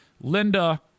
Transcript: Linda